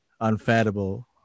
unfathomable